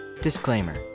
Disclaimer